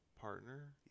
partner